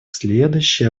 следующей